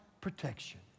protection